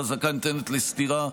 חזקה ניתנת לסתירה,